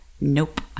Nope